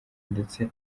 ndetse